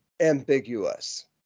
ambiguous